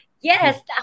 Yes